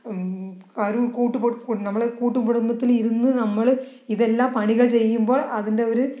നമ്മൾ കൂട്ടുകുടുംബത്തിലിരുന്ന് നമ്മൾ ഇതെല്ലാം പണികൾ ചെയ്യുമ്പോൾ അതിൻ്റെ ഒര്